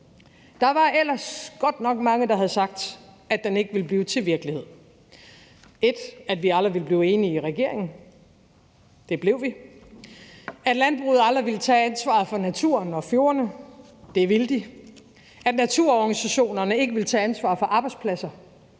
Der var ellers godt nok mange, der havde sagt, at den ikke ville blive til virkelighed, og at vi aldrig ville blive enige i regeringen – det blev vi. Man sagde, at landbruget aldrig ville tage ansvaret for naturen og fjordene, det ville de; at naturorganisationerne ikke ville tage ansvar for arbejdspladser,